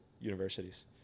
universities